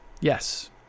Yes